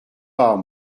pas